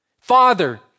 Father